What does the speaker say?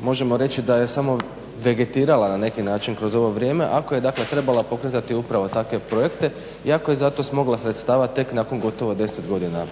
možemo reći da je samo vegetirala na neki način kroz ovo vrijeme ako je trebalo pokretati upravo takve projekte i ako je za to smogla sredstava tek nakon 10 godina